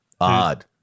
odd